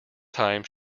time